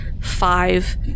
five